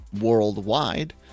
worldwide